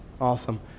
Awesome